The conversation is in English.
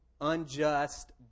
unjust